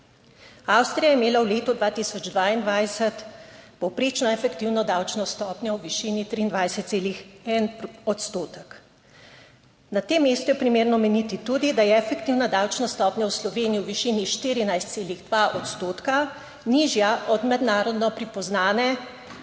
Avstrija je imela v letu 2022 povprečno efektivno davčno stopnjo v višini 23,1 odstotek. Na tem mestu je primerno omeniti tudi, da je efektivna davčna stopnja v Sloveniji v višini 14,2 odstotka nižja od mednarodno pripoznane